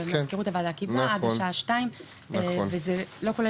שמזכירות הוועדה קיבלה עד השעה 14:00 וזה לא כולל